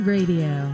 Radio